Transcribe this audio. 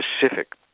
specific